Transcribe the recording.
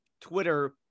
twitter